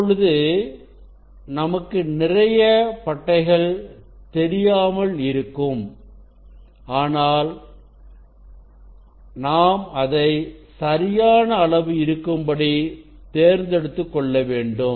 இப்பொழுது நமக்கு நிறைய பட்டைகள் தெரியாமல் இருக்கும் ஆனால் அதை நாம் சரியான அளவு இருக்கும்படி தேர்ந்தெடுத்துக்கொள்ள வேண்டும்